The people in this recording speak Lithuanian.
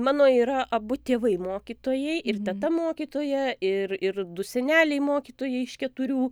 mano yra abu tėvai mokytojai ir teta mokytoja ir ir du seneliai mokytojai iš keturių